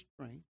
strength